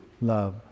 love